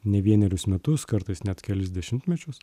ne vienerius metus kartais net kelis dešimtmečius